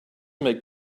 make